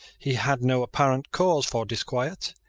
he had no apparent cause for disquiet.